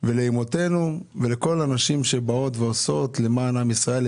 לאימותינו ולכל הנשים שעושות למען עם ישראל,